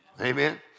Amen